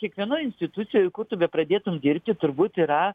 kiekvienoj institucijoj kur tu bepradėtum dirbti turbūt yra